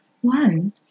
One